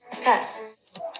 Tess